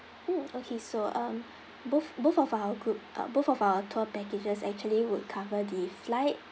mm okay so um both both of our group uh both of our tour packages actually would cover the flight